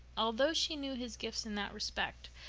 although she knew his gifts in that respect,